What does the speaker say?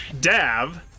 Dav